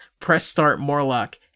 pressstartmorlock